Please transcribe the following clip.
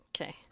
Okay